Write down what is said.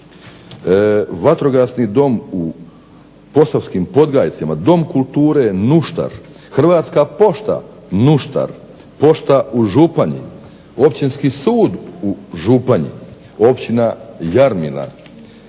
Vatrogasni dom u Posavskim Podgajcima, Dom kulture Nuštar, Hrvatska pošta Nuštar, pošta u Županji, Općinski sud u Županji, općina Jarmina,